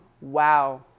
Wow